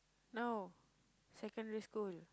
no secondary school